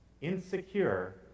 Insecure